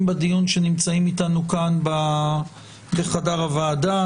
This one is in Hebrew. בדיון שנמצאים איתנו כאן בחדר הוועדה.